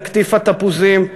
את קטיף התפוזים,